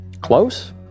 close